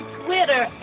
twitter